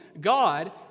God